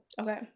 Okay